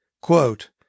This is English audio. Quote